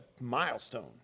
milestone